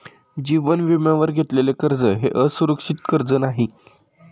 जीवन विम्यावर घेतलेले कर्ज हे असुरक्षित कर्ज नाही